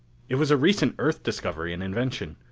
it was a recent earth discovery and invention.